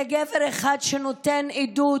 זה גבר אחד שנותן עדות